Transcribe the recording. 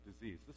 disease